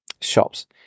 shops